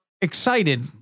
excited